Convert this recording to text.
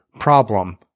problem